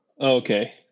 Okay